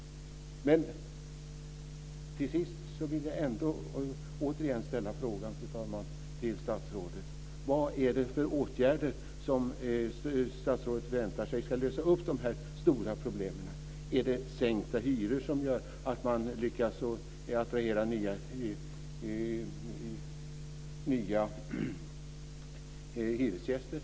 Till sist vill jag, fru talman, igen ställa min fråga till statsrådet: Vad är det för åtgärder som statsrådet väntar sig ska lösa upp dessa stora problem? Är det sänkta hyror som gör att man lyckas attrahera nya hyresgäster?